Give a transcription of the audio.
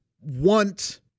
want